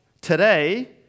today